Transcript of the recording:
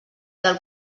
del